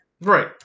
Right